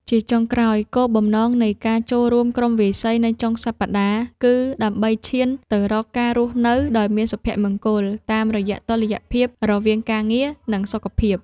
ជាចុងក្រោយ គោលបំណងនៃការចូលរួមក្រុមវាយសីនៅចុងសប្តាហ៍ គឺដើម្បីឈានទៅរកការរស់នៅដោយមានសុភមង្គលតាមរយៈតុល្យភាពរវាងការងារ និងសុខភាព។